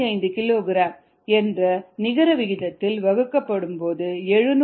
75 kilogram என்ற நிகர விகிதத்தால் வகுக்கப்படும் போது 761